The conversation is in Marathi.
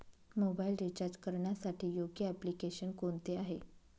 मोबाईल रिचार्ज करण्यासाठी योग्य एप्लिकेशन कोणते आहे?